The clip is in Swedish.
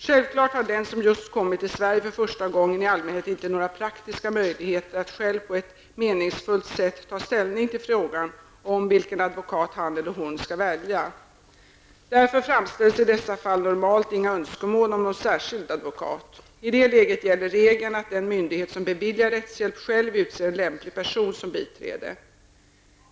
Självklart har den som just kommit till Sverige för första gången i allmänhet inte några praktiska möjligheter att själv på ett meningsfullt sätt ta ställning till frågan om vilken advokat han eller hon skall välja. Därför framställs i dessa fall normalt inga önskemål om någon särskild advokat. I det läget gäller regeln att den myndighet som beviljar rättshjälp själv utser en lämplig person som biträde.